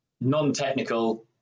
non-technical